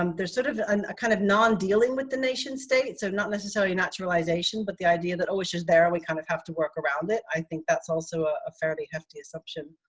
um there's sort of um a kind of non dealing with the nation state, so not necessarily naturalization, but the idea that oh it's just there, we kind of have to work around it. i think that's also a fairly hefty assumption.